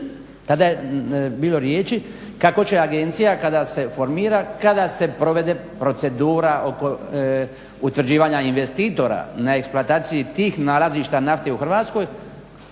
Tada je bilo riječi kako će agencija kada se formira, kada se provede procedura oko utvrđivanja investitora na eksploataciji tih nalazišta nafte u Hrvatskoj,